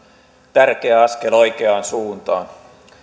tärkeä askel oikeaan suuntaan